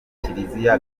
kiliziya